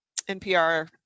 NPR